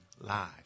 live